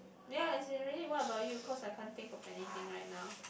ya as in really what about you cause I can't think of anything right now